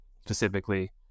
specifically